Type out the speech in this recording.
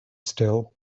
still